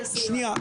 שנייה.